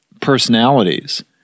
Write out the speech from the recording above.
personalities